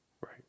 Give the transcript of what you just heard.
Right